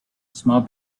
small